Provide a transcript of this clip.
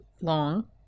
long